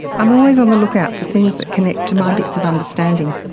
i am always on the look-out for things that connect to my bits of understanding.